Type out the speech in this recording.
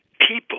people